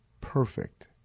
perfect